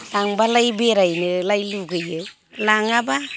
लांब्लाय बेरायनोलाय लुगैयो लाङाब्ला